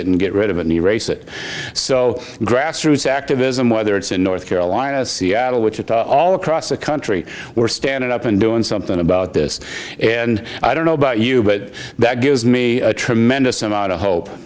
it and get rid of any race it so grassroots activism whether it's in north carolina seattle which is all across the country we're standing up and doing something about this and i don't know about you but that gives me a tremendous amount of hope